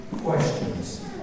Questions